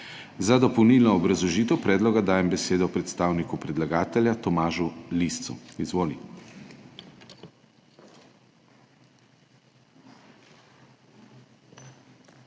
Za dopolnilno obrazložitev predloga dajem besedo predstavniku predlagatelja Tomažu Liscu. Izvoli.